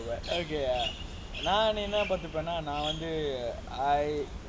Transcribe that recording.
okay ah நான் என்ன பண்ணுவேனா நா வந்து:naan enna pannuvenaa naan vanthu I